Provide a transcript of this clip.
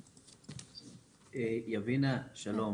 יבינה, שלום.